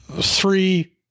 three